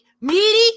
meaty